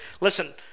Listen